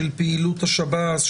של פעילות השב"ס,